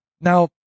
Now